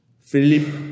Philip